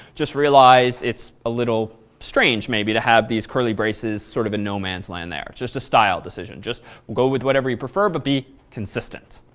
just realize it's a little strange maybe, to have these curly braces sort of a no man's land there. just a style decision. just go with whatever you prefer, but be consistent.